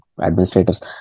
administrators